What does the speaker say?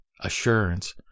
assurance